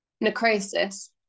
necrosis